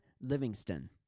Livingston